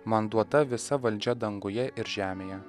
man duota visa valdžia danguje ir žemėje